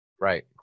Right